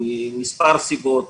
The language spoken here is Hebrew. ממספר סיבות: